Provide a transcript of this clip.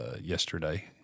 yesterday